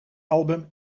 album